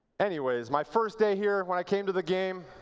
anyways, my first day here, when i came to the game,